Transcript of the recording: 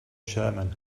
sherman